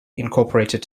incorporated